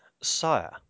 Sire